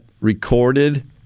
recorded